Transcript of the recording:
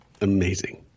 Amazing